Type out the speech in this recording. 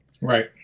Right